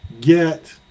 get